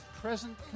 present